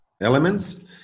elements